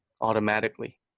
automatically